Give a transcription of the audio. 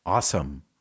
Awesome